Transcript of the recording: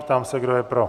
Ptám se, kdo je pro?